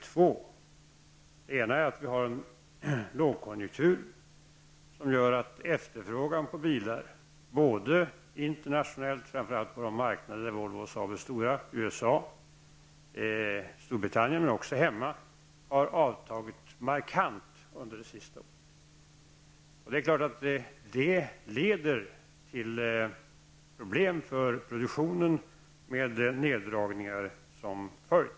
För det första har vi nu en lågkonjunktur som gör att efterfrågan på bilar både internationellt -- framför allt på de marknader där Volvo och Saab är stora, dvs. USA och Storbritannien -- och hemma har avtagit markant under det senaste året. Det leder naturligtvis till problem för produktionen, med neddragningar som följd.